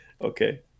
Okay